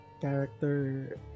character